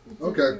Okay